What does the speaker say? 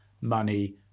money